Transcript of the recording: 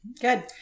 Good